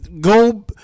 go